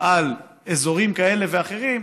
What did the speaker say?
על אזורים כאלה ואחרים,